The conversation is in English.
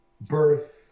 birth